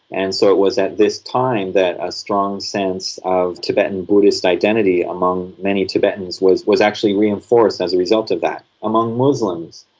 and so it was at this time that a strong sense of tibetan buddhist identity among many tibetans was was actually reinforced as a result of that. among muslims,